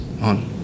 on